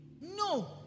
no